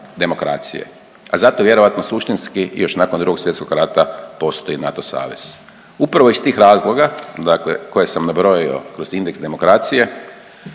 demokracije, a zato vjerojatno suštinski još nakon Drugog svjetskog rata postoji NATO savez. Upravo iz tih razloga, dakle koje sam nabrojao kroz indeks demokracije